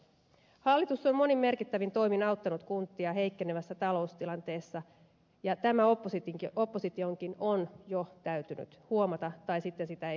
hallitus on monin merkittävin toimin auttanut kuntia heikkenevässä taloustilanteessa ja tämä oppositionkin on jo täytynyt huomata tai sitten sitä ei haluta huomata